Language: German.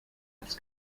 das